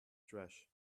trash